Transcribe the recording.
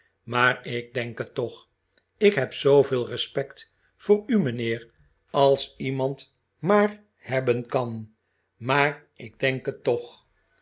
maar ik denk het toch ik heb zooveel respect voor u mijnheer als iemand maar hebben kan maar ik denk het toch